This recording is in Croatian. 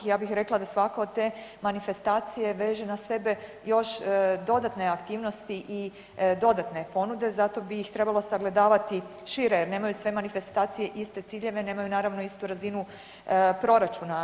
Ja bi rekla da svaka od te manifestacije veže na sebe još dodatne aktivnosti i dodatne ponude zato bi ih trebalo sagledavati šire jer nemaju sve manifestacije iste ciljeve, nemaju naravno istu razinu proračuna.